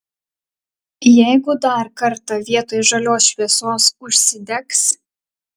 jeigu dar kartą vietoj žalios šviesos užsidegs